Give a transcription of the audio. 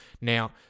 Now